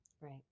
Right